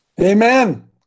Amen